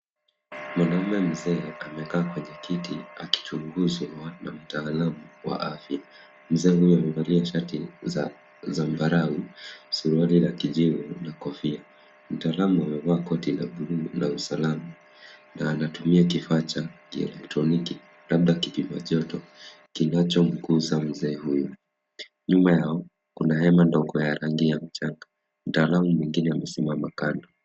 Mwanamume mzee amekaa kwenye kiti akichunguzwa na mtaalamu wa afya. Mzee huyo amevalia shati za zambarau, suruali la kijivu na kofia. Mtaalamu amevaa koti la bluu la usalama na anatumia kifaa cha kielektroniki, labda kipima joto, kinachomgusa mzee huyu. Nyuma yao kuna hema ndogo ya rangi ya mchanga. Mtaalamu mwingine amesimama kando.